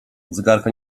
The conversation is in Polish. zegarka